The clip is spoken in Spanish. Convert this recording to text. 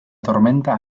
tormenta